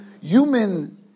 human